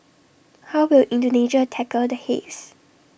how will Indonesia tackle the haze